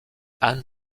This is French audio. anne